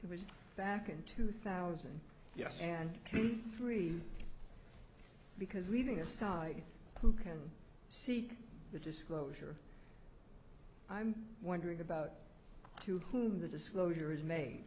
it was back in two thousand yes and three because leaving aside who can see the disclosure i'm wondering about to whom the disclosure is made